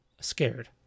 scared